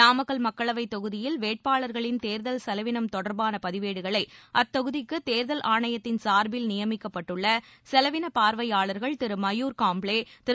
நாமக்கல் மக்களவை தொகுதியில் வேட்பாளர்களின் தேர்தல் செலவினம் தொடர்பான பதிவேடுகளை அத்தொகுதிக்கு தேர்தல் ஆணையத்தின் சார்பில் நியமிக்கப்பட்டுள்ள செலவின பார்வையாளர்கள் திரு மயூர் காம்ப்ளே திரு